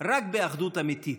רק באחדות אמיתית,